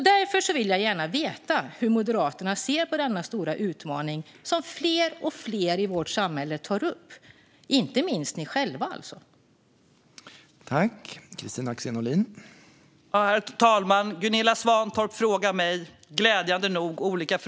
Därför vill jag gärna veta: Hur ser Moderaterna på denna stora utmaning som fler och fler i vårt samhälle, inte minst Moderaterna själva, tar upp?